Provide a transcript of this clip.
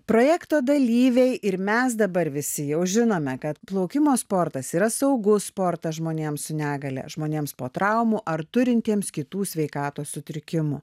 projekto dalyviai ir mes dabar visi jau žinome kad plaukimo sportas yra saugus sportas žmonėms su negalia žmonėms po traumų ar turintiems kitų sveikatos sutrikimų